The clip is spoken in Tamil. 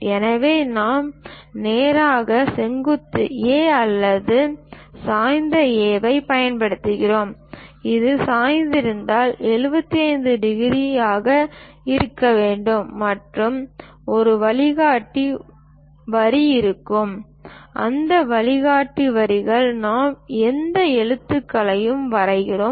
எனவே நாம் நேராக செங்குத்து A அல்லது சாய்ந்த A ஐப் பயன்படுத்துகிறோம் இது சாய்ந்திருந்தால் 75 டிகிரி இருக்க வேண்டும் மற்றும் ஒரு வழிகாட்டி வரி இருக்கும் அந்த வழிகாட்டி வரிகளில் நாம் எந்த எழுத்தையும் வரைகிறோம்